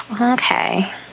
Okay